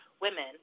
women